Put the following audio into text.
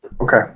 Okay